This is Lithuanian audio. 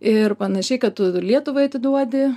ir panašiai kad tu lietuvai atiduodi